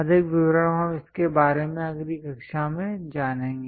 अधिक विवरण हम इसके बारे में अगली कक्षा में जानेंगे